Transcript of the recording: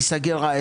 יפה.